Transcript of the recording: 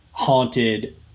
Haunted